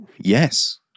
Yes